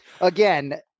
again